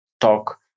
talk